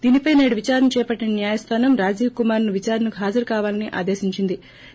దీనిపై నేడు విచారణ చేపట్టిన ్ న్నాయస్థానం రాజీవ్ కుమార్ను విచారణకు హాజరుకావాలని ఆదేశ్వంచింది